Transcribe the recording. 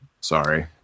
sorry